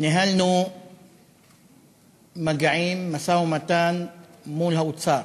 ניהלנו מגעים, משא-ומתן, מול האוצר,